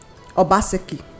Obaseki